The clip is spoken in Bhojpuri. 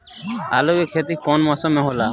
आलू के खेती कउन मौसम में होला?